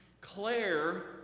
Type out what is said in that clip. Claire